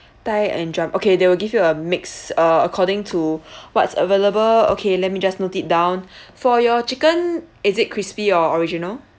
thigh and drum okay they will give you a mix uh according to what's available okay let me just note it down for your chicken is it crispy or original